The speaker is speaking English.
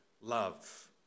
love